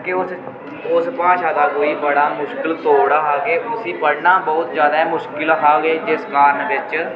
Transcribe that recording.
कि उस उस भाशा दा कोई बड़ा मुश्किल तोड़ हा के उसी पढ़ना बोह्त ज्यादा मुश्किल हा ते जिस कारण बिच्च